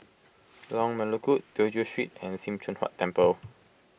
Lorong Melukut Tew Chew Street and Sim Choon Huat Temple